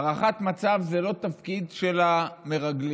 הערכת מצב זה לא תפקיד של המרגלים.